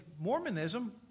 Mormonism